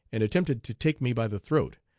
and attempted to take me by the throat,